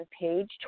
page